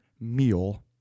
meal